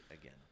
again